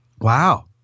wow